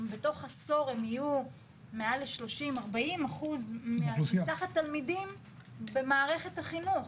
שבתוך עשור הם יהיו מעל ל-30% 40% מסך התלמידים במערכת החינוך.